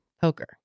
poker